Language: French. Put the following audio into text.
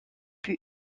plus